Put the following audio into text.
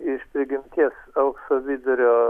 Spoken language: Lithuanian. iš prigimties aukso vidurio